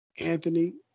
Anthony